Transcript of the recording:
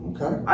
Okay